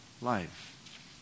life